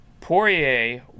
Poirier